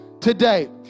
today